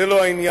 זה לא העניין.